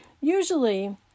Usually